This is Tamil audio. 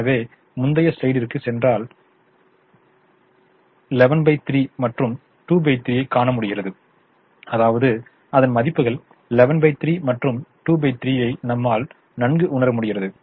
எனவே முந்தைய ஸ்லைடிற்குச் சென்றால் 113 மற்றும் 23 காணமுடிகிறது அதாவது அதன் மதிப்புகள் 113 மற்றும் 23 என்பதை நம்மால் நன்கு உணர முடிகிறது